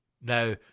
now